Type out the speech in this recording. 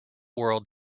world